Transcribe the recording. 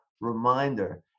reminder